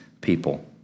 people